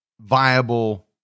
viable